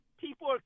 people